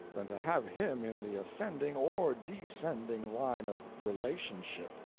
than to have him in the ascending or descending line of relationship.